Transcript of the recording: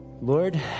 Lord